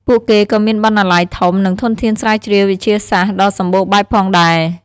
ពួកគេក៏មានបណ្ណាល័យធំ និងធនធានស្រាវជ្រាវវិទ្យាសាស្ត្រដ៏សម្បូរបែបផងដែរ។